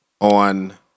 on